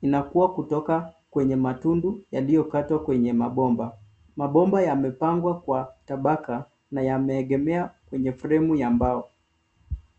inakua kutoka kwenye matundu yaliyokatwa kwenye mabomba. Mabomba yamepangwa kwa tabaka na yameegemea kwenye fremu ya mbao.